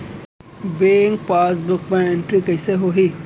Bank passbook मा entry कइसे होही?